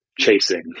chasing